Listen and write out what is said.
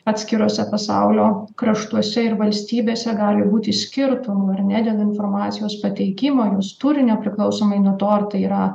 atskiruose pasaulio kraštuose ir valstybėse gali būti skirtumų ar ne dėl informacijos pateikimo jos turinio priklausomai nuo to ar tai yra